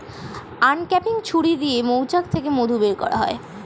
uncapping ছুরি দিয়ে মৌচাক থেকে মধু বের করা হয়